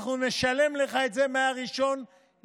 אנחנו נשלם לך את זה מ-1 בדצמבר,